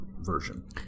version